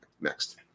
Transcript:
Next